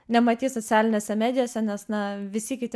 nematei socialinėse medijose nes na visi kiti